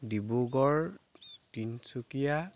Dibrugarh Tinsukia